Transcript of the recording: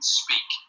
speak